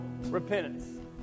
repentance